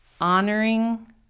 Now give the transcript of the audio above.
honoring